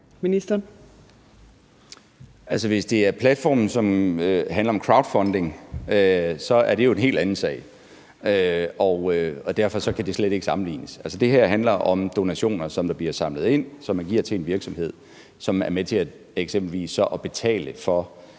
Altså, hvis det er den platform, der handler om crowdfunding, er det jo en helt anden sag, og derfor kan det slet ikke sammenlignes. Det her handler om donationer, som bliver samlet ind, som man giver til en virksomhed, og som så er med til eksempelvis